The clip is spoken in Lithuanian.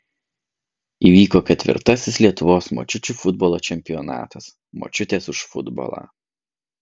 įvyko ketvirtasis lietuvos močiučių futbolo čempionatas močiutės už futbolą